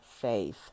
faith